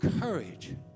courage